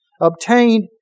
obtained